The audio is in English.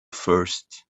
first